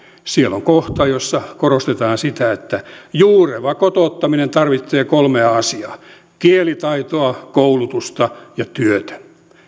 siellä on kohta jossa korostetaan sitä että juureva kotouttaminen tarvitsee kolmea asiaa kielitaitoa koulutusta ja työtä